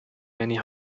any